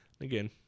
Again